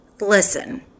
Listen